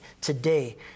today